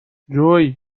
جویی